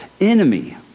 enemy